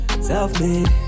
Self-made